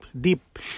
Deep